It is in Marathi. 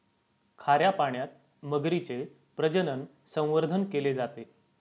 खाऱ्या पाण्यात मगरीचे प्रजनन, संवर्धन केले जाते